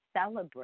celebrate